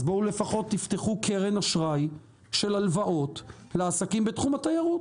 אז בואו לפחות תפתחו קרן אשראי של הלוואות לעסקים בתחום התיירות.